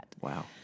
Wow